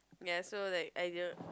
ya so like I did not